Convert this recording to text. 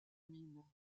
mine